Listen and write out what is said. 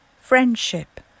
friendship